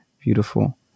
beautiful